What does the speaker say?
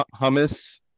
Hummus